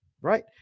Right